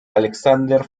alexander